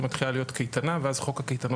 היא מתחילה להיות קייטנה ואז חוק הקייטנות